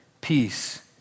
peace